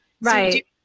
Right